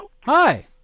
Hi